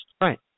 Right